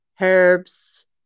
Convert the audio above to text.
herbs